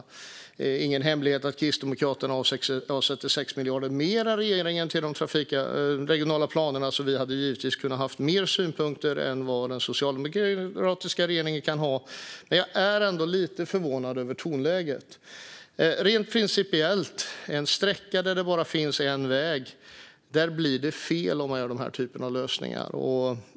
Det är ingen hemlighet att Kristdemokraterna avsätter 6 miljarder mer än regeringen på de regionala planerna, så vi hade givetvis kunnat ha mer synpunkter än den socialdemokratiska regeringen, men jag är ändå lite förvånad över tonläget. Rent principiellt blir det fel med den här typen av lösning på en sträcka där det bara finns en väg.